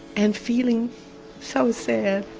and feeling so sad.